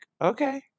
okay